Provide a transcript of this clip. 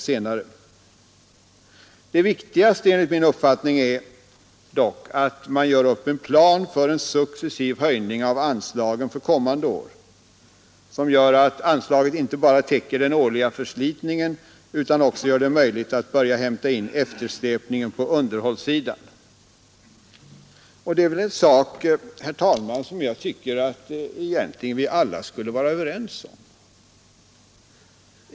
Det viktigaste är emellertid enligt min uppfattning att man gör upp en plan för en successiv höjning av anslagen för kommande år, innebärande att anslaget inte bara täcker den årliga förslitningen utan också gör det möjligt att börja hämta in eftersläpningen på underhållssidan. Det är en sak som jag tycker att vi egentligen alla skulle vara överens om.